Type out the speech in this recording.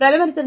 பிரதமர் திரு